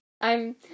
I'm-